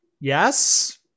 yes